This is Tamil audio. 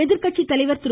எதிர்கட்சி தலைவர் திரு